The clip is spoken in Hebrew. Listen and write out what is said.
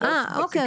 אוקיי.